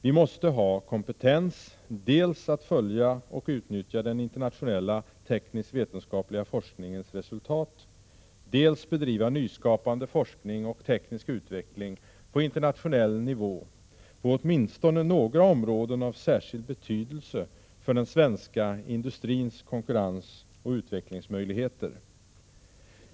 Vi måste ha kompetens att dels följa och utnyttja den internationella teknisk-vetenskapliga forskningens resultat, dels bedriva nyskapande forskning och teknisk utveckling på internationell nivå på åtminstone några områden av särskild betydelse för den svenska industrins konkurrensoch utvecklingsmöjligheter.